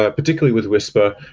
ah particularly with whisper,